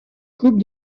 coupe